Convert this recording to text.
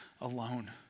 alone